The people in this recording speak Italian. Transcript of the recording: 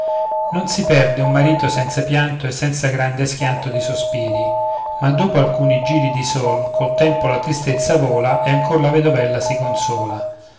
non si perde un marito senza pianto e senza grande schianto di sospiri ma dopo alcuni giri di sol col tempo la tristezza vola e ancor la vedovella si consola